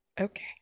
okay